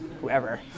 whoever